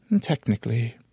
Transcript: Technically